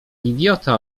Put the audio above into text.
idiota